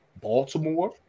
baltimore